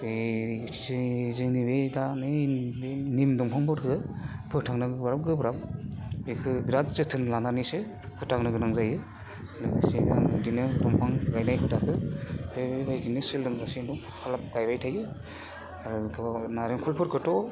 बैसिनि जोंनि दा नै निम दंफाफोरखो फोथांनो गोबां गोब्राब बेखो बेराद जोथोन लानानैसो फोथांनो गोनां जायो लोगोसेयैनो आङो इदिनो दंफां गायनाय हुदाखो बेबायदिनो सोलोंगासिनो दं अलब गायबाय थायो आरो गोबां नारेंखलफोरखौथ'